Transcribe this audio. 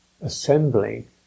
assembling